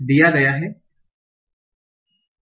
ti 1 है